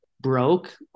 broke